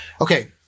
Okay